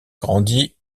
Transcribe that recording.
grandi